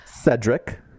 Cedric